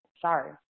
sorry